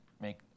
make